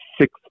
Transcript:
six